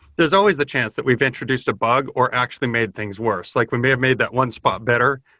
there's always the chance that we've introduced a bug or actually made things worst. like we may have made that one spot better,